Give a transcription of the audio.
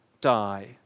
die